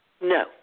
No